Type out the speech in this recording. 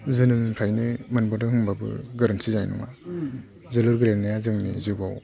जोनोमनिफ्रायनो मोनबोदों होनबाबो गोरोनथि जानाय नङा जोलुर गेलेनाया जोंनि जिउआव